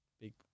big